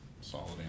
solid